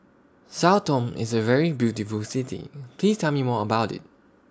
Sao Tome IS A very beautiful City Please Tell Me More about IT